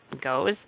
goes